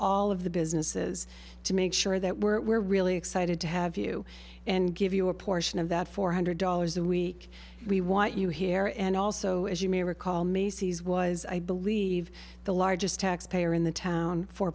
all of the businesses to make sure that we're really excited to have you and give you a portion of that four hundred dollars a week we want you here and also as you may recall macy's was i believe the largest taxpayer in the town for